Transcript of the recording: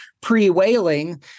pre-whaling